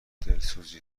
دلسوزی